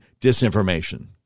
disinformation